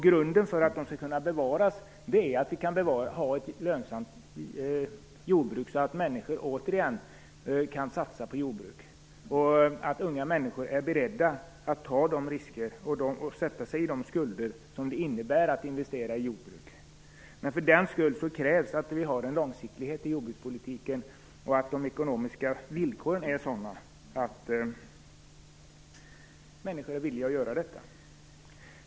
Grunden för att ängar och hagar skall kunna bevaras är ett lönsamt jordbruk så att människor återigen kan satsa på jordbruk, att unga människor är beredda att ta de risker och ådra sig de skulder som det innebär att investera i jordbruk. För den skull krävs en långsiktighet i jordbrukspolitiken och att de ekonomiska villkoren är sådana att människor är villiga att satsa på jordbruk.